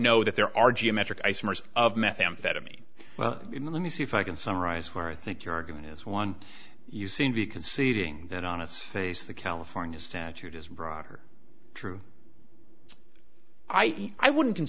know that there are geometric isomers of methamphetamine well let me see if i can summarize where i think your argument is one you seem to be conceding that on its face the california statute is broader true i e i wouldn't c